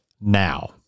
now